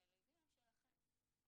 אבל הילדים הם שלכם.